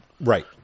Right